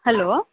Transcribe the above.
hello